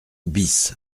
bis